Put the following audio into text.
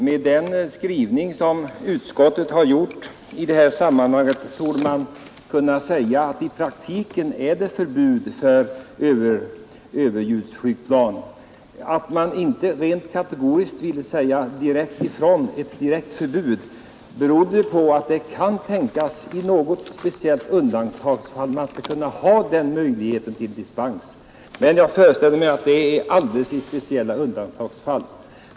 Herr talman! Med utskottets skrivning torde man kunna säga att det i praktiken blir ett generellt förbud mot överflygningar i överljudsfart. Att vi inte ville införa ett kategoriskt förbud berodde på att vi ansåg att man i något speciellt undantagsfall borde kunna ha denna möjlighet till dispens. Men jag föreställer mig att den möjligheten verkligen skall utnyttjas endast i speciella undantagsfall.